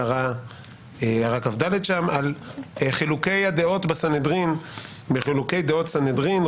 הערה כ"ד שם על חילוקי הדעות בסנהדרין: "בחילוקי דעות סנהדרין,